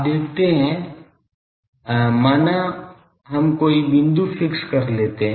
आप देखते हैं माना हम कोई बिंदु फिक्स कर लेते है